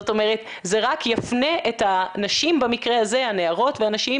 זה רק יפנה את הנערות והנשים,